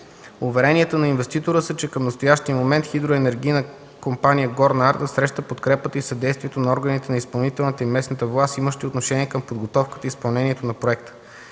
Уверенията на инвеститора са, че към настоящия момент Хидроенергийна компания „Горна Арда” среща подкрепата и съдействието на органите на изпълнителната и местната власт, имащи отношение към подготовката и изпълнението на проекта.